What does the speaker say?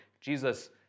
Jesus